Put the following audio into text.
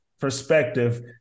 perspective